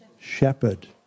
shepherd